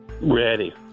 ready